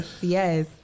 yes